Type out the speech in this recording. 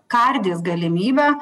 kardys galimybę